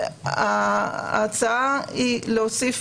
ההצעה היא להוסיף,